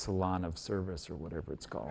salon of service or whatever it's called